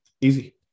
easy